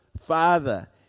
father